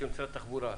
של משרד התחבורה,